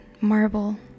marble